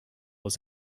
was